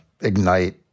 ignite